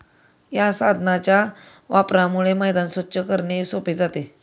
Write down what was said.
या साधनाच्या वापरामुळे मैदान स्वच्छ करणे सोपे जाते